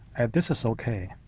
this is okay.